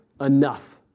enough